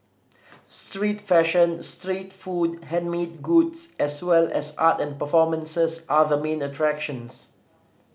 street fashion street food handmade goods as well as art and performances are the main attractions